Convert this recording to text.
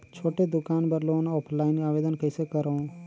छोटे दुकान बर लोन ऑफलाइन आवेदन कइसे करो?